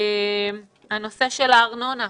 הנושא של הארנונה.